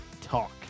talk